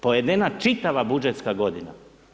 Pojedena čitava budžetska godina.